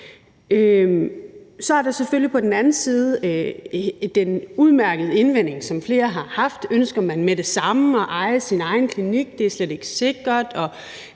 Så er der selvfølgelig på den anden side den udmærkede indvending, som flere har haft: Ønsker man med det samme at eje sin egen klinik? Det er slet ikke sikkert.